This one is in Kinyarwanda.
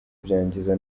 byangiza